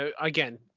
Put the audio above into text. Again